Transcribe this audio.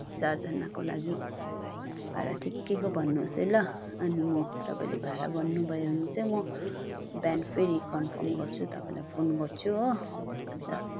चारजनाको लागि भाडा ठिक्कैको भन्नुहोस् है ल अनि म तपाईँले भाडा भन्नुभयो भने चाहिँ म बिहान फेरि कन्फर्म गर्छु तपाईँलाई फोन गर्छु हो अन्त